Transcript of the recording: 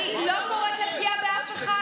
אני לא קוראת לפגיעה באף אחד.